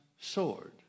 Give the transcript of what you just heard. sword